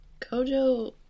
Kojo